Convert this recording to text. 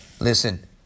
Listen